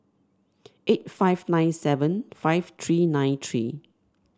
eight five nine seven five three nine three